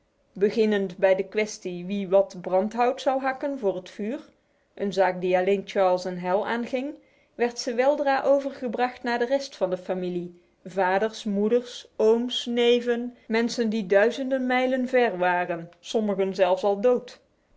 beginnend bij de kwestie wie wat brandhout zou hakken voor het vuur een zaak die alleen charles en hal aanging werd ze weldra overgebracht naar de rest van de familie vaders moeders ooms nevenmensen die duizenden mijlen ver waren sommigen zelfs al dood